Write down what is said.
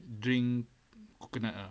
drink coconut ah